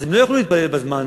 אז הם לא יוכלו להתפלל בזמן.